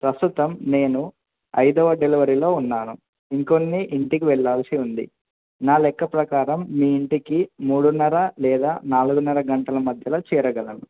ప్రస్తుతం నేను ఐదవ డెలివరీలో ఉన్నాను ఇంకొన్ని ఇంటికి వెళ్ళాల్సి ఉంది నా లెక్క ప్రకారం మీ ఇంటికి మూడున్నర లేదా నాలుగున్నర గంటల మధ్యలో చేరగలను